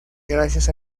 gracias